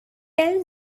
tell